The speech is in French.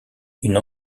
une